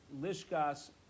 Lishkas